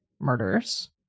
murders